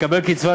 לקבל קצבה,